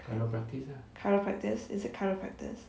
chiropractice is it chiropractice